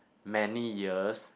many years